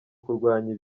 kurwanya